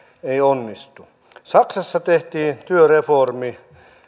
ei onnistu saksassa tehtiin työreformi